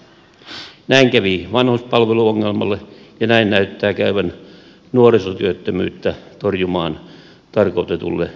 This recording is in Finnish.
näin kävi vanhuspalveluongelmalle ja näin näyttää käyvän nuorisotyöttömyyttä torjumaan tarkoitetulle nuorisotakuulle